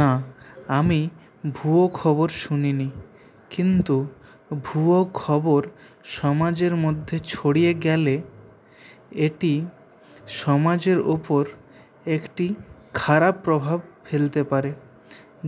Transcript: না আমি ভুয়ো খবর শুনিনি কিন্তু ভুয়ো খবর সমাজের মধ্যে ছড়িয়ে গেলে এটি সমাজের ওপর একটি খারাপ প্রভাব ফেলতে পারে